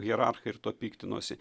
hierarchai ir tuo piktinosi